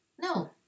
No